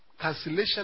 Cancellation